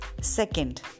Second